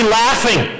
laughing